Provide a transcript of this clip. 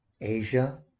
Asia